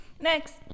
Next